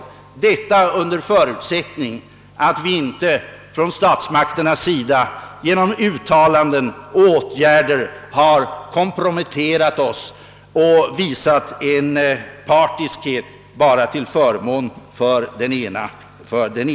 Men detta kommer att ske endast under förutsättning att de svenska statsmakterna inte genom uttalanden och åtgärder har tagit ställning för den ena sidan och därigenom komprometterat vårt land.